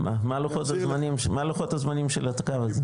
לוחות הזמנים של הקו הזה?